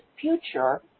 future